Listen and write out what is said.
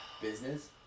Business